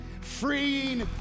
freeing